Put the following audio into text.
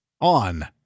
on